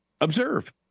observe